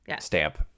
stamp